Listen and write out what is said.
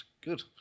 Good